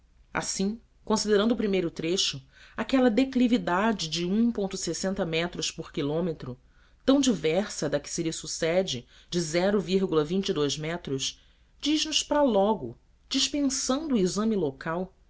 assim considerando o primeiro trecho aquela declividade de um ponto me por quilômetro tão diversa da que se lhe sucede e dos metros diz nos para logo dispensando o exame local